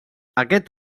aquest